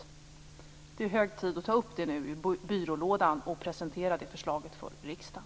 Nu är det hög tid att ta upp det förslaget ur byrålådan och presentera det för riksdagen.